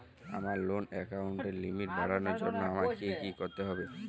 আমার লোন অ্যাকাউন্টের লিমিট বাড়ানোর জন্য আমায় কী কী করতে হবে?